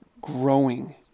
growing